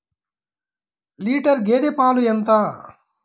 Litre గేదె పాలు ఎంత?